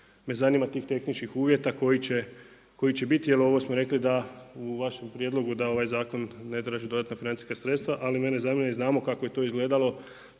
me zanima tih tehničkih uvjeta koji će biti jer ovo smo rekli da u vašem prijedlogu da ovaj zakon ne traži dodatna financijska sredstva. Ali mene zanima i znamo kako je to izgledalo,